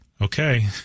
Okay